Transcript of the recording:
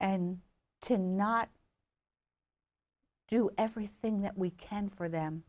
and to not do everything that we can for them